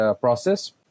process